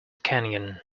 canyon